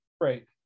right